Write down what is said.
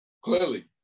clearly